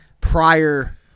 prior